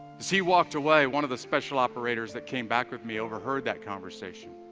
as he walked, away one of the special operators that came back with, me overheard that conversation